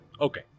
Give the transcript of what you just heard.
okay